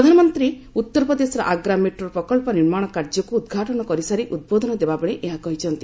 ପ୍ରଧାନମନ୍ତ୍ରୀ ଉତ୍ତର ପ୍ରଦେଶର ଆଗ୍ରା ମେଟ୍ରୋ ପ୍ରକଳ୍ପ ନିର୍ମାଣ କାର୍ଯ୍ୟକୁ ଉଦ୍ଘାଟନ କରିସାରି ଉଦ୍ବୋଧନ ଦେବା ବେଳେ ଏହା କହିଛନ୍ତି